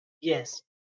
yes